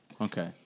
Okay